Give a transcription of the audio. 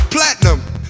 Platinum